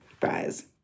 fries